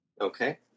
Okay